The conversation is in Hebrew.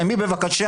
אל תפריעי לי בבקשה.